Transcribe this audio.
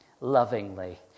lovingly